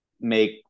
make